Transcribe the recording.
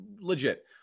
legit